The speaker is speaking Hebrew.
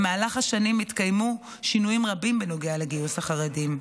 במהלך השנים התקיימו שינויים רבים בנוגע לגיוס החרדים.